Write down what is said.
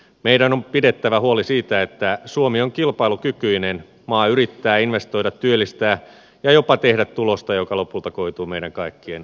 meidän on pidettävä huoli siitä että suomi on kilpailukykyinen maa yrittää investoida työllistää ja jopa tehdä tulosta joka lopulta koituu meidän kaikkien eduksi